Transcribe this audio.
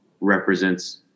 represents